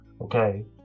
okay